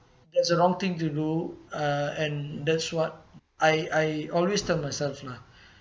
that's a wrong thing to do uh and that's what I I always tell myself lah